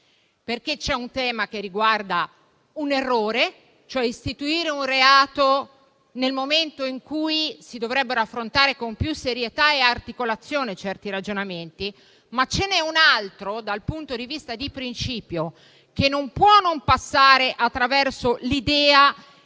perché c'è un tema che riguarda un errore, cioè l'istituzione di un reato nel momento in cui si dovrebbero affrontare con più serietà e articolazione certi ragionamenti. Ma ce n'è però un altro dal punto di vista di principio, che non può non passare attraverso l'idea